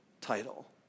title